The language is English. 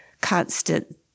constant